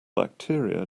bacteria